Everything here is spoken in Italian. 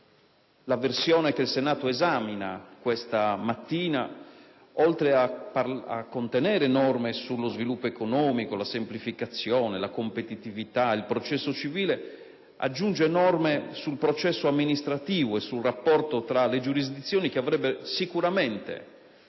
di legge che il Senato esamina questa mattina, oltre a contenere norme sullo sviluppo economico, sulla semplificazione, sulla competitività e sul processo civile, aggiunge norme sul processo amministrativo e sul rapporto tra le giurisdizioni che avrebbero sicuramente